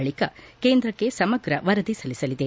ಬಳಿಕ ಕೇಂದ್ರಕ್ಕೆ ಸಮಗ್ರ ವರದಿ ಸಲ್ಲಿಸಲಿದೆ